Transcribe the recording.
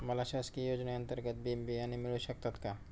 मला शासकीय योजने अंतर्गत बी बियाणे मिळू शकतात का?